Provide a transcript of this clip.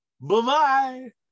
Bye-bye